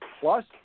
Plus